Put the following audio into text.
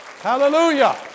Hallelujah